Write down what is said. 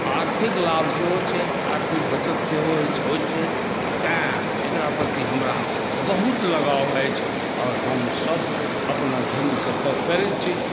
आर्थिक लाभ सेहो छै आर्थिक बचत सेहो होइ छै तेँ एक़रा प्रति हमरा बहुत लगाव अछि आओर हमसभ अपना ढंगसँ करै छी